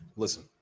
Listen